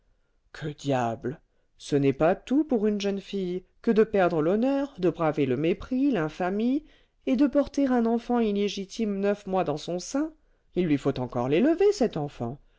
que diable ce n'est pas tout pour une jeune fille que de perdre l'honneur de braver le mépris l'infamie et de porter un enfant illégitime neuf mois dans son sein il lui faut encore l'élever cet enfant